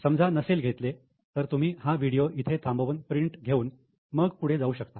समजा नसेल घेतल तर तुम्ही हा व्हिडीओ इथे थांबून प्रिंट घेऊन मग पुढे जाऊ शकता